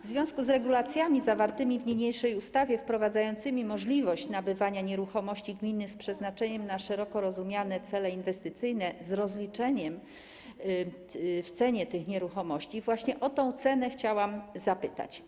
W związku z regulacjami zawartymi w niniejszej ustawie, wprowadzającymi możliwość nabywania nieruchomości gminnych z przeznaczeniem na szeroko rozumiane cele inwestycyjne z rozliczeniem w cenie tych nieruchomości właśnie o tę cenę chciałam zapytać.